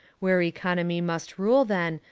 where economy must rule, then,